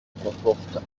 comporte